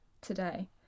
today